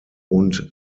und